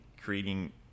creating